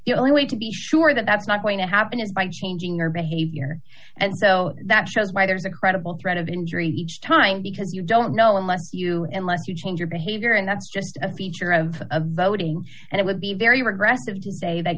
the only way to be sure that that's not going to happen is by changing your behavior and so that shows why there's a credible threat of injury each time because you don't know unless you unless you change your behavior and that's just a feature of a voting and it would be very regressive today that